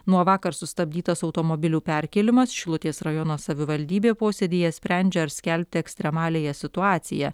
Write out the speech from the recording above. nuo vakar sustabdytas automobilių perkėlimas šilutės rajono savivaldybė posėdyje sprendžia ar skelbti ekstremaliąją situaciją